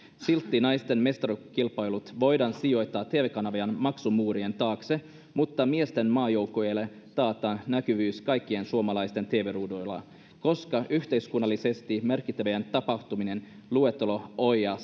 silti naisten mestaruuskilpailut voidaan sijoittaa tv kanavien maksumuurien taakse mutta miesten maajoukkueelle taataan näkyvyys kaikkien suomalaisten tv ruuduilla koska yhteiskunnallisesti merkittävien tapahtumien luettelo ohjaa